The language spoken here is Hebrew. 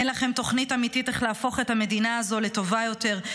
אין לכם תוכנית אמיתית איך להפוך את המדינה הזו לטובה יותר,